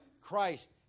Christ